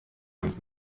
ganz